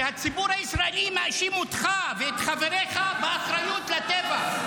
שהציבור הישראלי מאשים אותך ואת חבריך באחריות לטבח,